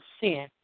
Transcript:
sin